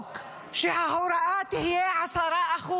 בחוק שההוראה תהיה 10%,